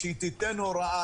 שהיא תיתן הוראה,